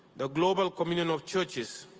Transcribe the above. the global communion of churches,